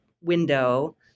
window